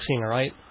right